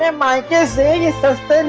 and my husband